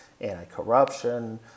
anti-corruption